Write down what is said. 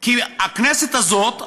כי הכנסת הזאת,